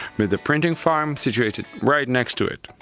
with the printing farm situated right next to it.